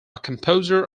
composer